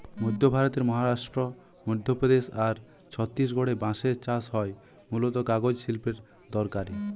মধ্য ভারতের মহারাষ্ট্র, মধ্যপ্রদেশ আর ছত্তিশগড়ে বাঁশের চাষ হয় মূলতঃ কাগজ শিল্পের দরকারে